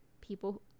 people